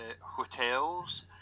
hotels